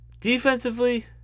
Defensively